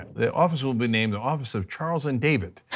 the office will be named the office of charles and david,